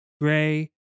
gray